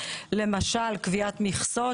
למשל קביעת מכסות,